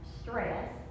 stress